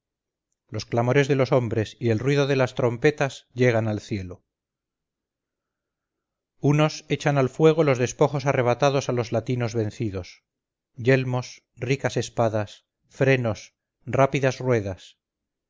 los clamores de los hombres y el ruido de las trompetas llegan al cielo unos echan al fuego los despojos arrebatados a los latinos vencidos yelmos ricas espadas frenos rápidas ruedas